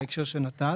בהקשר שנתת